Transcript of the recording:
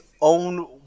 own